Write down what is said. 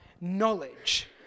knowledge